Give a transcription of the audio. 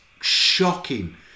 shocking